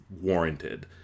warranted